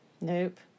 Nope